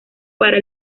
para